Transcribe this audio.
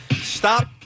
stop